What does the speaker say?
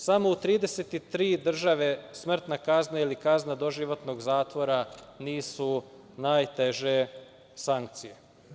Samo u 33 države smrtna kazna ili kazna doživotnog zatvora nisu najteže sankcije.